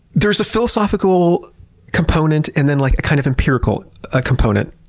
there's a philosophical component and then like a, kind of, empirical ah component.